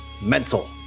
mental